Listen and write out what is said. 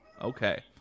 okay